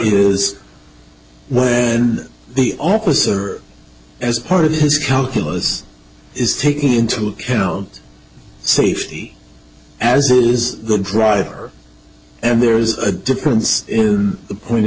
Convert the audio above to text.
is when the officer as part of his calculus is taking into account safety as is the driver and there is a difference in point of